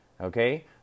Okay